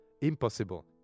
impossible